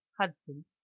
hudson's